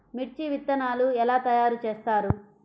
మిర్చి విత్తనాలు ఎలా తయారు చేస్తారు?